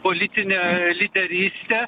politinę lyderystę